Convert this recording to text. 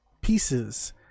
pieces